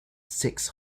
six